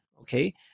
okay